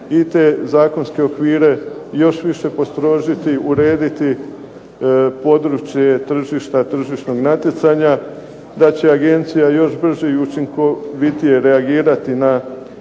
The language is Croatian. i te zakonske okvire još više postrožiti, urediti područje tržišta, tržišnog natjecanja, da će agencija još brže i učinkovitije reagirati na tržišne